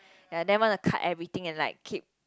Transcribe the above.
ya then want to cut everything and like keepn